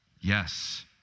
Yes